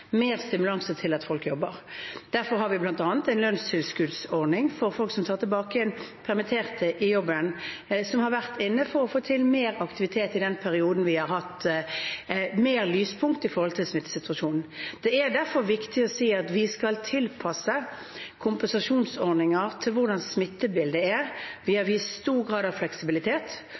mer stimulanse til at folk jobber. Derfor har vi bl.a. en lønnstilskuddsordning for folk som tar tilbake igjen permitterte i jobben, som har vært inne for å få til mer aktivitet i den perioden vi har hatt lyspunkt i smittesituasjonen. Det er derfor viktig å si at vi skal tilpasse kompensasjonsordninger til hvordan smittebildet er. Vi har vist stor grad av fleksibilitet